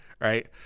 Right